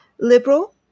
liberal